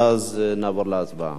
ואז נעבור להצבעה.